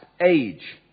age